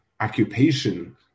occupation